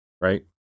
right